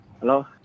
Hello